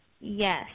Yes